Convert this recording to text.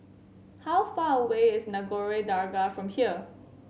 how far away is Nagore Dargah from here